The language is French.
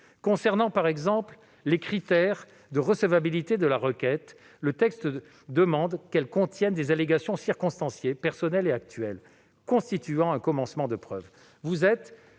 concernant les critères de recevabilité de la requête, le texte demande que celle-ci contienne des allégations circonstanciées, personnelles et actuelles, constituant un commencement de preuve.